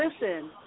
listen